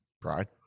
Pride